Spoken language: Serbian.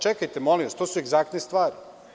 Čekajte, molim vas, to su egzaktne stvari.